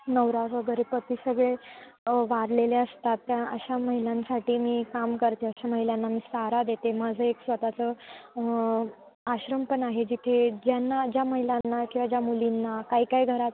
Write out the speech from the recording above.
नवरा वगैरे पती सगळे वारलेले असतात त्या अशा महिलांसाठी मी काम करते अशा महिलांना मी सहारा देते माझं एक स्वतःचं आश्रम पण आहे जिथे ज्यांना ज्या महिलांना किंवा ज्या मुलींना काही काही घरांत